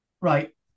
right